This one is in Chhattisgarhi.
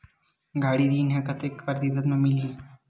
गाड़ी ऋण ह कतेक प्रतिशत म मिलही?